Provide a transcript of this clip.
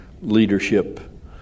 leadership